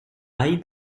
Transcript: aille